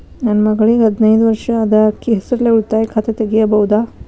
ನನ್ನ ಮಗಳಿಗೆ ಹದಿನೈದು ವರ್ಷ ಅದ ಅಕ್ಕಿ ಹೆಸರಲ್ಲೇ ಉಳಿತಾಯ ಖಾತೆ ತೆಗೆಯಬಹುದಾ?